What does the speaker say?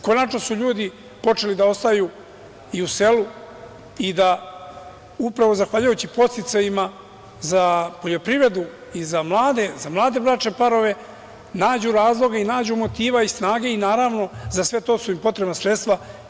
Konačno su ljudi počeli da ostaju i u selu i da upravo zahvaljujući podsticajima za poljoprivredu i za mlade, za mlade bračne parove, nađu razloga i nađu motive i snage i naravno za sve to su im potrebna sredstava.